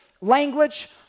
language